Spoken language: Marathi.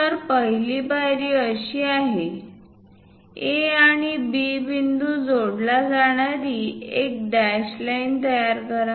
तर पहिली पायरी अशी आहे A आणि B बिंदू बिंदूला जोडणारी एक डॅश लाइन तयार करा